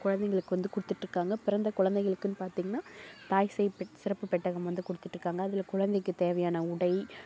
குழந்தைங்களுக்கு வந்து கொடுத்துட்ருக்காங்க பிறந்த குழந்தைங்களுக்குன்னு பார்த்தீங்கன்னா தாய் சேய் பெட் சிறப்பு பெட்டகம் வந்து கொடுத்துட்டு இருக்காங்க அதில் குழந்தைக்கு தேவையான உடை